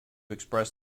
express